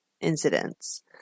incidents